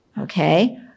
Okay